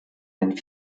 den